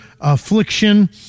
affliction